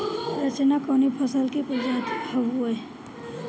रचना कवने फसल के प्रजाति हयुए?